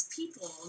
people